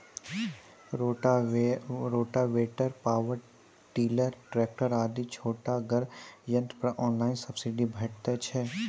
Rotavator, power tiller, tractor आदि छोटगर यंत्र पर ऑनलाइन सब्सिडी भेटैत छै?